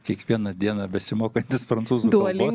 kiekvieną dieną besimokantis prancūzų kalbos